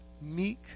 meek